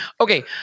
Okay